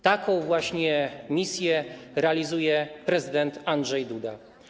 Taką właśnie misję realizuje prezydent Andrzej Duda.